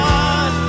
God